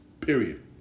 period